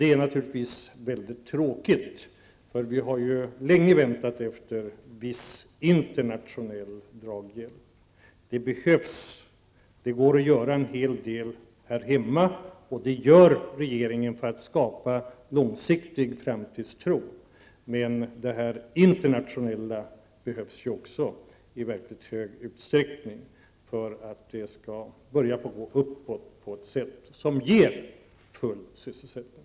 Det är naturligtvis mycket tråkigt eftersom vi ju länge väntat på en viss internationell draghjälp. Den behövs. Det går att göra en hel del här hemma, och det gör regeringen, för att skapa långsiktig framtidstro, men det internationella behövs också i hög utsträckning för att det skall börja gå uppåt på ett sätt som ger full sysselsättning.